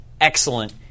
excellent